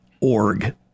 org